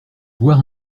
bois